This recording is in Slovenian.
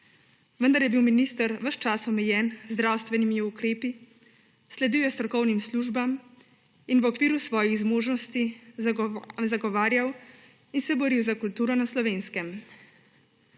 vendar je bil minister ves čas omejen z zdravstvenimi ukrepi. Sledil je strokovnim službam in v okviru svojih zmožnosti zagovarjal in se boril za kulturo na Slovenskem.